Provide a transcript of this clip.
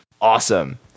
awesome